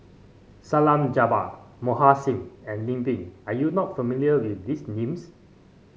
Salleh Japar Mohan Singh and Lim Pin are you not familiar with these names